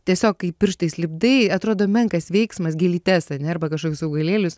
tiesiog kaip pirštais lipdai atrodo menkas veiksmas gėlytes ane arba kažkokius augalėlius